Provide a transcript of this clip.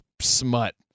smut